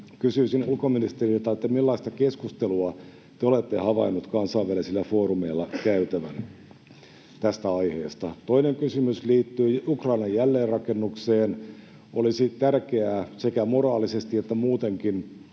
Kysyisin ulkoministeriltä: millaista keskustelua te olette havainnut kansainvälisillä foorumeilla käytävän tästä aiheesta? Toinen kysymys liittyy Ukrainan jälleenrakennukseen: Olisi tärkeää — sekä moraalisesti että muutenkin